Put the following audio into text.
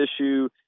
issue